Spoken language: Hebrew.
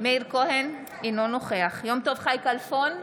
מאיר כהן, אינו נוכח יום טוב חי כלפון,